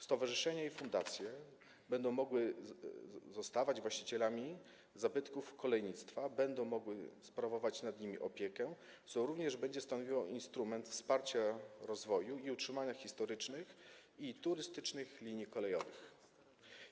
Stowarzyszenia i fundacje będą mogły zostawać właścicielami zabytków kolejnictwa, będą mogły sprawować nad nimi opiekę, co również będzie stanowiło instrument wsparcia rozwoju i utrzymania historycznych i turystycznych linii kolejowych.